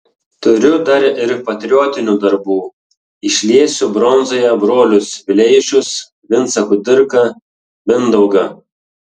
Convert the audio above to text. turiu dar ir patriotinių darbų išliesiu bronzoje brolius vileišius vincą kudirką mindaugą